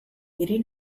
hiri